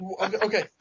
Okay